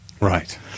right